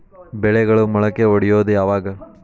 ಬೆಳೆಗಳು ಮೊಳಕೆ ಒಡಿಯೋದ್ ಯಾವಾಗ್?